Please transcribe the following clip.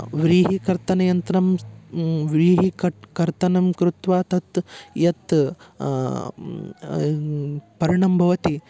व्रीहिकर्तनयन्त्रं व्रीहिकट् कर्तनं कृत्वा तत् यत् पर्णं भवति